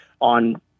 on